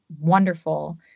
wonderful